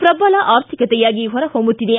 ಪ್ರಬಲ ಆರ್ಥಿಕತೆಯಾಗಿ ಹೊರಹೊಮ್ಮುತ್ತಿದೆ